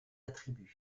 attributs